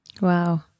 Wow